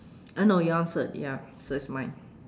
uh no you answered ya so it's mine